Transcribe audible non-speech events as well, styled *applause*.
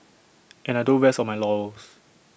*noise* and I don't rest on my laurels